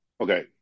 Okay